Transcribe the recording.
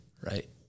right